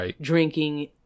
drinking